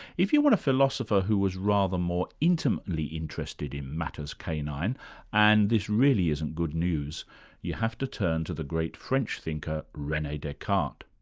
if you want a philosopher who was rather more intimately interested in matters canine and this really isn't good news you have to turn to the great french thinker, rene descartes.